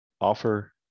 offer